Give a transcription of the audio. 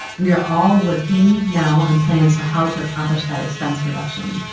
we are all working now on plans for how to accomplish that expense reduction.